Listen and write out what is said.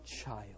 child